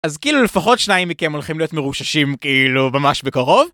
אז כאילו לפחות שניים מכם הולכים להיות מרוששים כאילו ממש בקרוב?